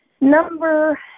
Number